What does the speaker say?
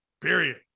period